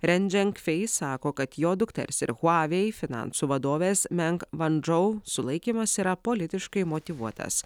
ren dženkfeis sako kad jo dukters ir huavei finansų vadovės meng vandžau sulaikymas yra politiškai motyvuotas